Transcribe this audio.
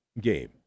game